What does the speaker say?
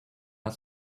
are